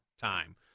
time